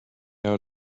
out